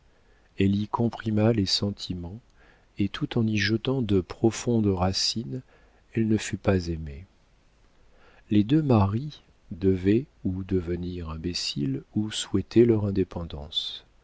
elle y comprima les sentiments et tout en y jetant de profondes racines elle ne fut pas aimée les deux marie devaient ou devenir imbéciles ou souhaiter leur indépendance